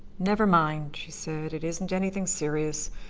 never mind, she said. it isn't anything serious,